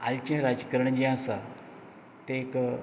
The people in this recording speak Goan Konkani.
आयचे राजकरणी जे आसा ते एक